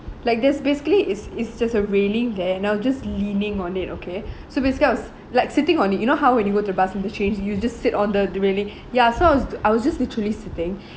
like there's basically it's it's just a railing there and I was just leaning on it okay so basically I was like sitting on it you know how when you go to bus interchange you just sit on the the railing ya so I was I was just literally sitting